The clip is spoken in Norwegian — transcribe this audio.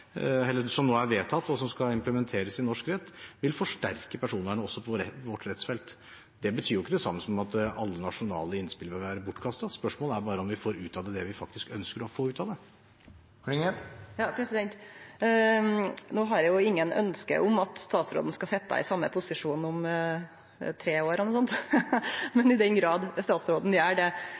implementeres i norsk rett, vil forsterke personvernet også på vårt rettsfelt. Det er ikke det samme som at alle nasjonale innspill vil være bortkastet. Spørsmålet er bare om vi får ut av det det vi faktisk ønsker å få ut av det. No har eg jo ikkje noko ønske om at statsråden skal sitje i same posisjon om tre år eller noko slikt, men i den grad statsråden gjer det,